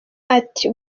ati